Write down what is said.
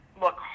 look